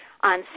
On